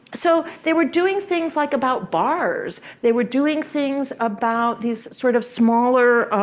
so they were doing things, like, about bars. they were doing things about these sort of smaller,